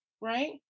right